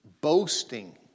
boasting